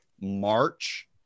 March